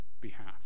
behalf